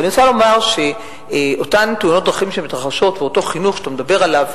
אני רוצה לומר שאותן תאונות דרכים שמתרחשות ואותו חינוך שאתה מדבר עליו,